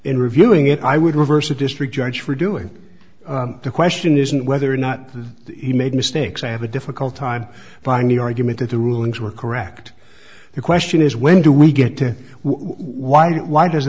in reviewing it i would reverse a district judge for doing the question isn't whether or not he made mistakes i have a difficult time buying the argument that the rulings were correct the question is when do we get to why why does